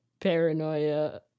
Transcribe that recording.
paranoia